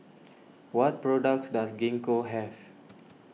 what products does Gingko have